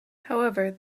however